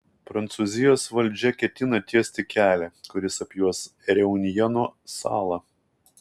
prancūzijos valdžia ketina tiesti kelią kuris apjuos reunjono salą